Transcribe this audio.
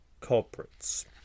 culprits